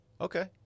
Okay